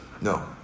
no